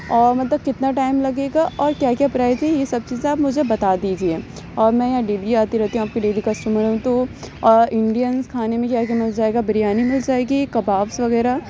اور مطلب کتنا ٹائم لگے گا اور کیا کیا پرائیز ہی یہ سب چیزیں آپ مجھے بتا دیجیے اور میں یہاں ڈیلی آتی رہتی ہوں آپ کی ڈیلی کسٹمر ہوں تو انڈینس کھانے میں کیا کیا مل جائے گا بریانی مل جائے گی کباب وغیرہ